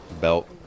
belt